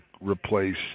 replace